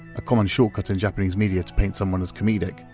a common short-cut in japanese media to paint someone as comedic,